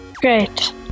Great